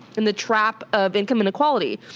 and the trap of income inequality.